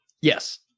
yes